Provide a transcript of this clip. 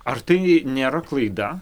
ar tai nėra klaida